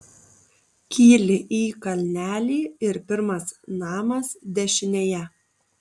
kyli į kalnelį ir pirmas namas dešinėje